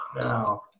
now